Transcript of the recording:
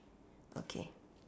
okay